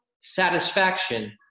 satisfaction